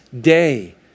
day